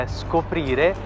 scoprire